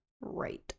Right